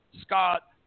scott